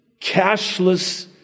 cashless